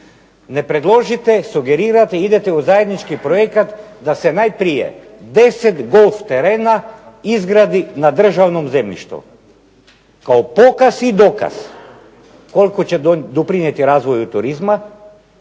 ne predložite, sugerirate, idete u zajednički projekt da se najprije 10 golf terena izgradi na državnom zemljištu kao pokaz i dokaz koliko će doprinijeti razvoju turizma,